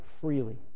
freely